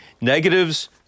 Negatives